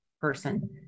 person